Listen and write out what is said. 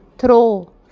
Throw